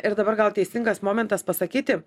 ir dabar gal teisingas momentas pasakyti